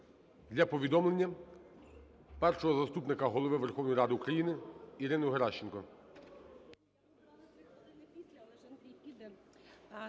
для повідомлення Першого заступника Голови Верховної Ради України Ірину Геращенко.